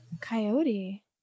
Coyote